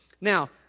Now